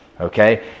Okay